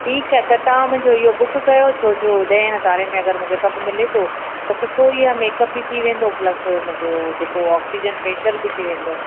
ठीकु आहे त तव्हां मुंहिंजो इहो बुक कयो छो जो ॾह हज़ारे में अगरि मूंखे सभु मिले थो त सुठो ई आहे मेकअप बि थी वेंदो प्लस मुंहिजो जेको ऑक्सीजन फ़ेशियल बि थी वेंदो